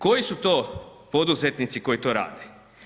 Koji su to poduzetnici koji to rade?